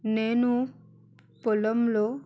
నేను పొలంలో